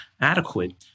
adequate